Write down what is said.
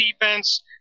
defense